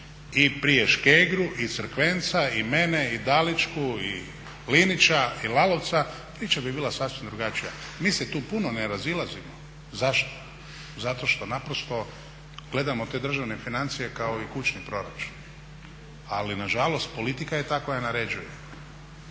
i prije Škegru i Crkvenca i mene i Dalićku i Linića i Lalovca priča bi bila sasvim drugačija. Mi se tu puno ne razilazimo. Zašto? Zato što naprosto gledamo te državne financije kao i kućni proračun. Ali nažalost, politika je ta koja naređuje.